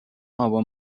آبان